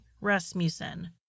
Rasmussen